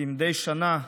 כמדי שנה,